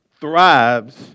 thrives